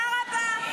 תודה רבה.